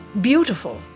beautiful